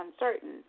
uncertain